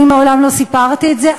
אני מעולם לא סיפרתי את זה.